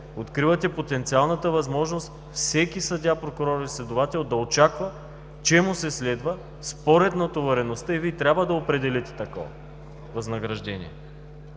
откривате потенциалната възможност всеки съдия, прокурор и следовател да очаква, че му се следва възнаграждение според натовареността и Вие трябва да определите такова възнаграждение.